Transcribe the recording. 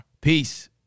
Peace